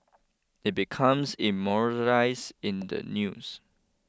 it becomes immortalised in the news